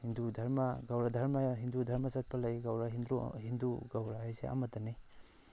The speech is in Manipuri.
ꯍꯤꯟꯗꯨ ꯙꯔꯃ ꯒꯧꯔ ꯙꯔꯃ ꯍꯤꯟꯗꯨ ꯙꯔꯃ ꯆꯠꯄ ꯂꯩ ꯒꯧꯔ ꯍꯤꯟꯗꯨ ꯍꯤꯟꯗꯨ ꯒꯧꯔ ꯍꯥꯏꯁꯦ ꯑꯃꯠꯇꯅꯤ